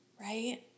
right